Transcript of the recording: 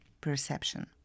perception